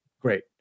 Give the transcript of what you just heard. great